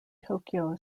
tokyo